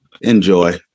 Enjoy